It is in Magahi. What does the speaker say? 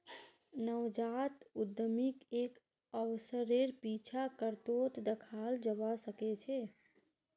नवजात उद्यमीक एक अवसरेर पीछा करतोत दखाल जबा सके छै